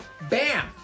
Bam